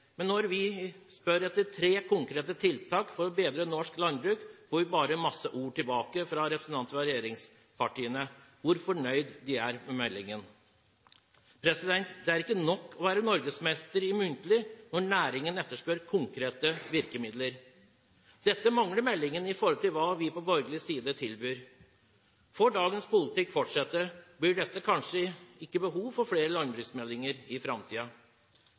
men når vi spør etter tre konkrete tiltak for å bedre norsk landbruk, får vi bare masse ord tilbake fra representanter for regjeringspartiene om hvor fornøyd de er med meldingen. Det er ikke nok å være norgesmester i muntlig når næringen etterspør konkrete virkemidler. Dette mangler meldingen i forhold til hva vi på borgerlig side tilbyr. Får dagens politikk fortsette, blir det kanskje ikke behov for flere landbruksmeldinger i